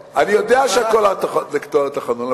אני יודע שהכול לפי התקנון,